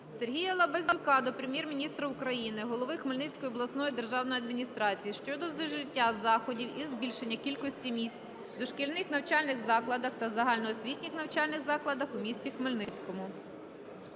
Сергія Лабазюка до Прем'єр-міністра України, голови Хмельницької обласної державної адміністрації щодо вжиття заходів із збільшення кількості місць в дошкільних навчальних закладах та загальноосвітніх навчальних закладах у місті Хмельницькому.